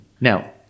now